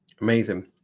Amazing